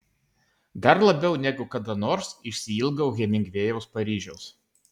dar labiau negu kada nors išsiilgau hemingvėjaus paryžiaus